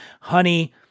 honey